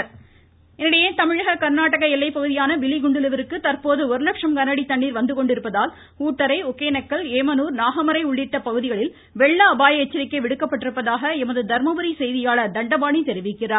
ம்ம்ம்ம்ம் அணை தொடர்ச்சி இதனிடையே தமிழக கர்நாடக எல்லை பகுதியான பிலிகுண்டுலுவிற்கு தற்போது ஒரு லட்சம் கனஅடி தண்ணீர் வந்துகொண்டிருப்பதால் ஊட்டரை ஒக்கேனக்கல் ஏமனூர் நாகமறை உள்ளிட்ட பகுதிகளில் வெள்ள அபாய எச்சரிக்கை விடுக்கப்பட்டுள்ளதாக எமது தர்மபுரி செய்தியாளர் தண்டபாணி தெரிவிக்கிறார்